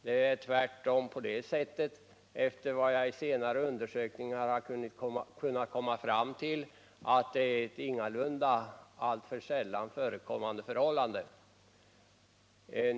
Det är tvärtom på det sättet, efter vad jag i senare undersökningar kunnat komma fram till, att det är ett ingalunda alltför sällan förekommande förhållande.